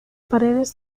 paredes